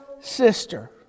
sister